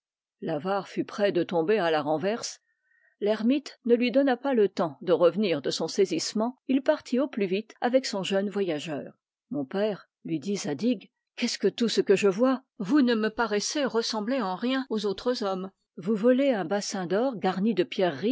l'avare fut près de tomber à la renverse l'ermite ne lui donna pas le temps de revenir de son saisissement il partit au plus vite avec son jeune voyageur mon père lui dit zadig qu'est-ce que tout ce que je vois vous ne me paraissez ressembler en rien aux autres hommes vous volez un bassin d'or garni de pierreries